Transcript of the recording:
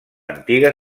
antiga